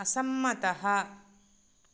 असम्मतः